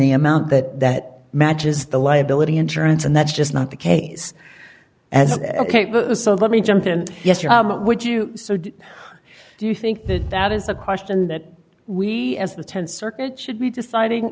the amount that that matches the liability insurance and that's just not the case as ok so let me jump in would you do you think that that is a question that we as the th circuit should be deciding